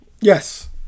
Yes